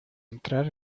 entrar